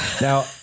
Now